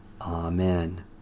Amen